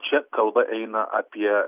čia kalba eina apie